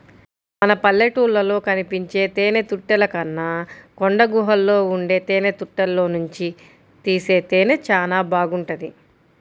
మన పల్లెటూళ్ళలో కనిపించే తేనెతుట్టెల కన్నా కొండగుహల్లో ఉండే తేనెతుట్టెల్లోనుంచి తీసే తేనె చానా బాగుంటది